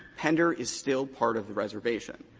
pender is still part of the reservation.